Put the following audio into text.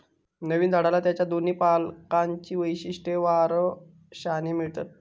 नवीन झाडाला त्याच्या दोन्ही पालकांची वैशिष्ट्ये वारशाने मिळतात